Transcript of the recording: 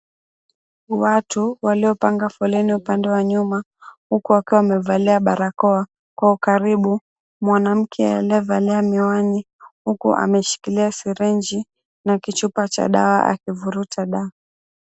Watu walio panga foleni upande wa nyuma huku akiwa wamevalia barakoa. Kwa ukaribu, mwanamke aliyevalia miwani huku ameshikilia sirinji na kichupa cha dawa akivuruta dawa.